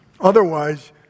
Otherwise